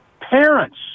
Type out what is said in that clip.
Parents